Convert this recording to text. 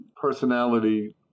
personality